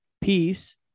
Peace